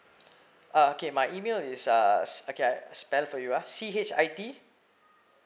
uh okay my email is uh okay I spell for you ah C H I T